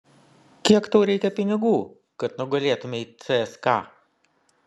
kiek tau reikia pinigų kad nugalėtumei cska